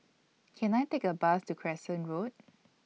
Can I Take A Bus to Crescent Road